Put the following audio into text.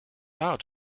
out